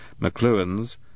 McLuhan's